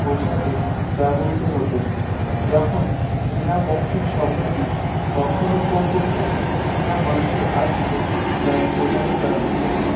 বোঝাতে ব্যবহৃত হতো যখন চিনা বক্সিং শব্দটি তখনও পর্যন্ত চিনা মার্শাল আর্টসকে বোঝাতে ব্যবহৃত হতো